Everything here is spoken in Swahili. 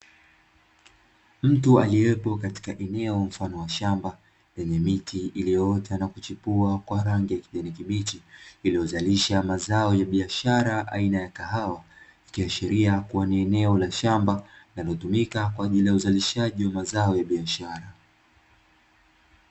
Mtu aliyepo katika eneo mfano wa shamba, lenye miti iliyoota na kuchipua kwa rangi ya kijani kibichi. Iliyozalisha mazao ya biashara aina ya kahawa, ikiashiria kuwa ni eneo la shamba linalotumika kwa ajili ya uzalishaji wa mazao ya biashara.